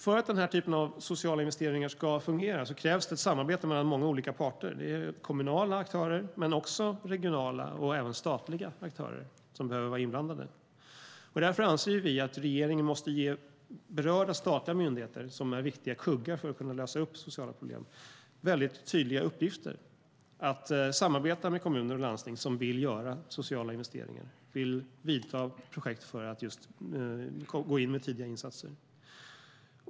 För att denna typ av sociala investeringar ska fungera krävs det ett samarbete mellan många olika parter. Det är kommunala, regionala och statliga aktörer som behöver vara inblandade. Därför anser vi att regeringen måste ge berörda statliga myndigheter, som är viktiga kuggar för att kunna lösa sociala problem, mycket tydliga uppgifter att samarbeta med kommuner och landsting som vill göra sociala investeringar och göra projekt för att just gå in med tidiga insatser.